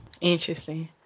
Interesting